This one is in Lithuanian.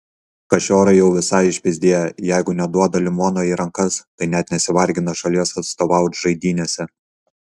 kašiorai jau visai išpyzdėję jeigu neduoda limono į rankas tai net nesivargina šalies atstovaut žaidynėse